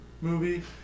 movie